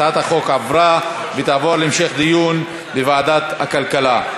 הצעת החוק עברה ותעבור להמשך דיון בוועדת הכלכלה.